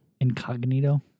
Incognito